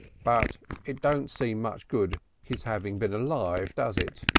but it don't seem much good his having been alive, does it?